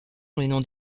non